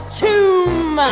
tomb